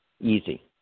Easy